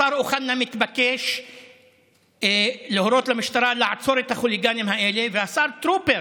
השר אוחנה מתבקש להורות למשטרה לעצור את החוליגנים האלה והשר טרופר